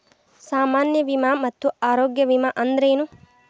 ಸಾಮಾನ್ಯ ವಿಮಾ ಮತ್ತ ಆರೋಗ್ಯ ವಿಮಾ ಅಂದ್ರೇನು?